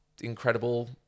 incredible